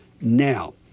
now